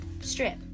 Strip